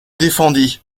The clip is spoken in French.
défendit